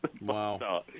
Wow